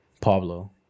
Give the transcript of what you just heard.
Pablo